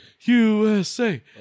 USA